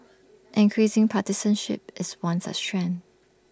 increasing partisanship is one such trend